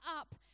up